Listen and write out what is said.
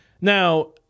Now